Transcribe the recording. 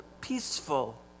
peaceful